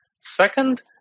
Second